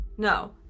No